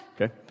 Okay